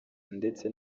ndetse